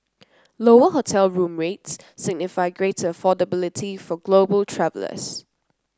lower hotel room rates signify greater affordability for global travellers